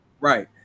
right